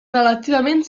relativament